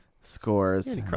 scores